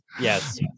Yes